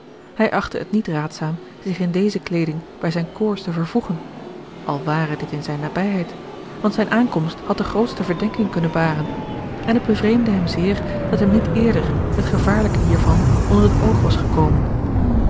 hij achtte het niet raadzaam zich in deze kleeding bij zijn corps te vervoegen al ware dit in zijne nabijheid want zijne aankomst had de grootste verdenking kunnen baren en het bevreemdde hem zeer dat hem niet eerder het gevaarlijke hiervan onder het oog was gekomen